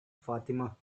fatima